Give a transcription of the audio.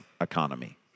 economy